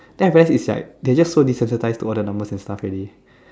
then I realise is like they're just so desensitized to all the numbers and stuff already